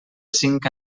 cinc